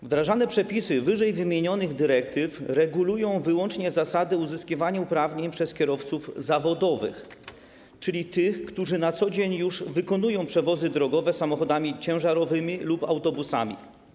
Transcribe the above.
Wdrażane przepisy ww. dyrektyw regulują wyłącznie zasady uzyskiwania uprawnień przez kierowców zawodowych, czyli tych, którzy na co dzień już wykonują przewozy drogowe samochodami ciężarowymi lub autobusami.